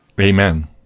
Amen